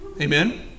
Amen